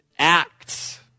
acts